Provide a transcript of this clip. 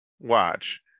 watch